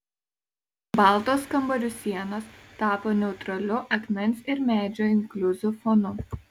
baltos kambarių sienos tapo neutraliu akmens ir medžio inkliuzų fonu